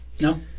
no